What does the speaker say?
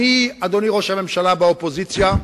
אדוני ראש הממשלה, אתמוך בך מהאופוזיציה,